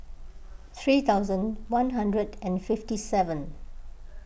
three thousand one hundred and fifty seven